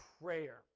prayer